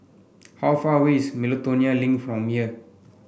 how far away is Miltonia Link from here